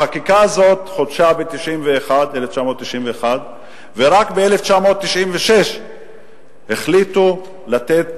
החקיקה הזאת חודשה ב-1991 ורק ב-1996 החליטו לתת